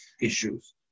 issues